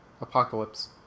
Apocalypse